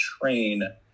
train